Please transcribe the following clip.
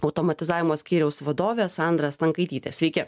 automatizavimo skyriaus vadovę sandrą stankaitytę sveiki